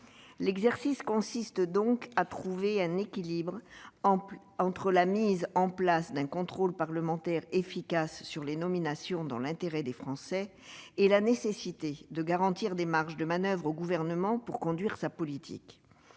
L'exercice consiste donc à trouver un équilibre entre la mise en place d'un contrôle parlementaire efficace sur les nominations dans l'intérêt des Français, et la nécessité de garantir des marges de manoeuvre au Gouvernement pour conduire sa politique.